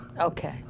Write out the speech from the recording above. Okay